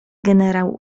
generał